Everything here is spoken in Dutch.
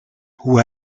hoe